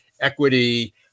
equity